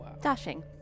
dashing